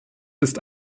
ist